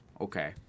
Okay